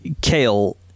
kale